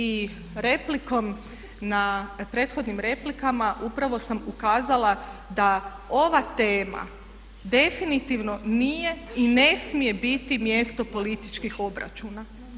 I replikom na, prethodnim replikama upravo sam ukazala da ova tema definitivno nije i ne smije biti mjesto političkih obračuna.